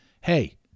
hey